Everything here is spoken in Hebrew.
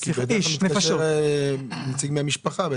כי בדרך כלל מתקשר נציג מהמשפחה.